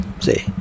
See